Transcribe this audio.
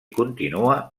continua